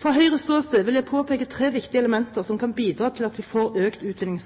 Fra Høyres ståsted vil jeg påpeke tre viktige elementer som kan bidra til at vi